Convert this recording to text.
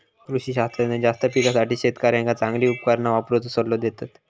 कृषी शास्त्रज्ञ जास्त पिकासाठी शेतकऱ्यांका चांगली उपकरणा वापरुचो सल्लो देतत